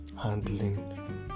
handling